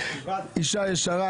אישה ישרה,